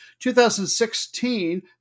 2016